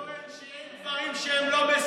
אני לא טוען שאין דברים שהם לא בסדר,